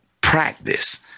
practice